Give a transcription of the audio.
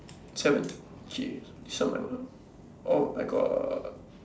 seven okay seven oh I got